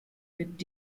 mit